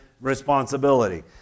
responsibility